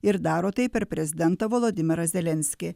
ir daro tai per prezidentą volodymyrą zelenskį